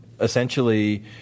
essentially